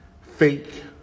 fake